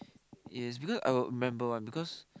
yes because I will remember [one] because